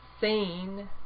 seen